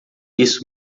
isso